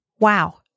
wow